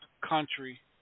country